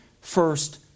first